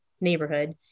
neighborhood